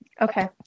Okay